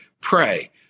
Pray